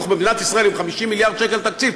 במדינת ישראל עם 50 מיליארד שקל תקציב,